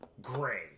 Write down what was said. gray